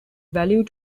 value